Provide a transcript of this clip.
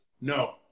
No